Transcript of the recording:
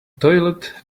toilet